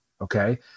Okay